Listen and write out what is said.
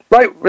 Right